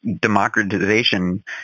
democratization